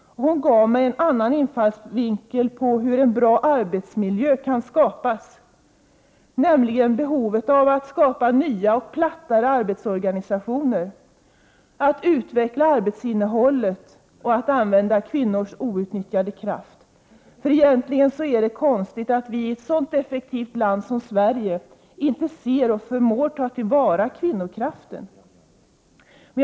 Hon gav mig en annan infallsvinkel på hur en bra arbetsmiljö kan skapas, nämligen genom att få fram nyare och plattare arbetsorganisationer, utveckla arbetsinnehållet och använda kvinnors outnyttjade kraft. För egentligen är det konstigt att vi i ett så effektivt land som Sverige inte ser och förmår ta till vara kvinnokraften.